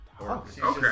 Okay